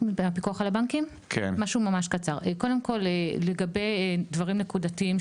גם פניה לסיווג ההלוואות כפי שציין הבחור פה,